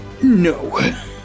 no